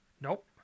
Nope